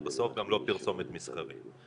גם לא פרסומת מסחרית.